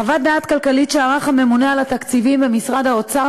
חוות דעת כלכלית שערך הממונה על התקציבים במשרד האוצר